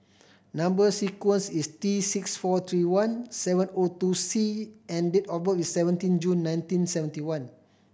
number sequence is T six four three one seven O two C and date of birth is seventeen June nineteen seventy one